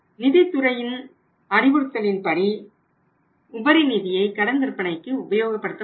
நிதித்துறையின் அறிவுறுத்தலின்படி உபரி நிதியை கடன் விற்பனைக்கு உபயோகப்படுத்த முடியும்